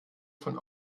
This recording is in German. von